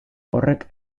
horrek